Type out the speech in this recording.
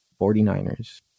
49ers